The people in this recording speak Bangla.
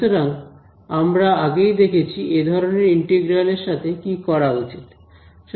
সুতরাং আমরা আগেই দেখেছি এ ধরনের ইন্টিগ্রাল এর সাথে কি করা উচিত